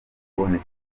kuboneka